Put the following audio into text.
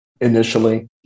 initially